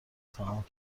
تمام